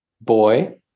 Boy